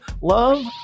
love